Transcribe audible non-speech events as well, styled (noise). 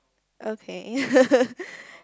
okay (laughs)